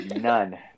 None